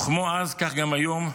וכמו אז, כך גם היום,